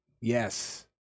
Yes